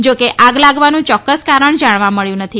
જોકે આગ લાગવાનું ચોક્કસ કારણ જાણવા મળ્યું નથી